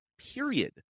period